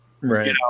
Right